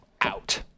out